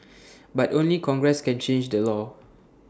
but only congress can change the law